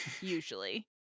usually